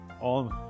on